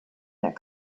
that